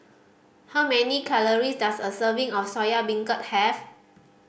how many calories does a serving of Soya Beancurd have